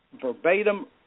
verbatim